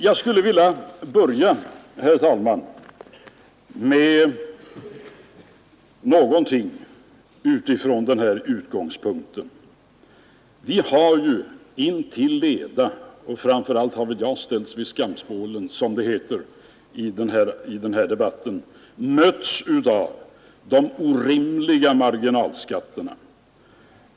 Jag skulle vilja börja, herr talman, med någonting utifrån den här utgångspunkten: Vi har ju intill leda, och framför allt har väl jag ställts vid skampålen som det heter, i den här debatten mötts av talet om de orimliga marginalskatterna.